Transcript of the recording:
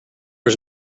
was